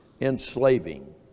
enslaving